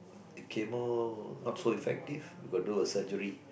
chemo not so effective we got to do the surgery